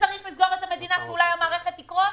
שצריך לסגור את המדינה כולה כי אחרת המערכת תקרוס?